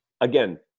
again